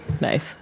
Nice